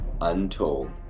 Untold